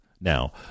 Now